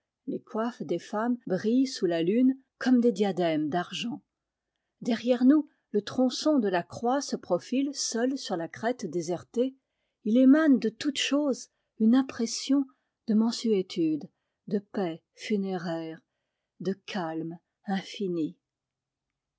les coiffes des femmes brillent sous la lune comme des diadèmes d'argent derrière nous le tronçon de la croix se profile seul sur la crête désertée il émane de toutes choses une impression de mansuétude de paix funéraire de calme infini